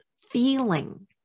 feeling